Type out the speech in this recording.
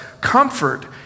comfort